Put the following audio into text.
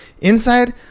inside